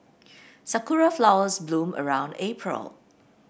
sakura flowers bloom around April